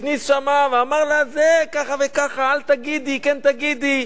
הכניס שם, אמר לה, ככה וככה, אל תגידי, כן תגידי.